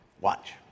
Watch